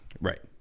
Right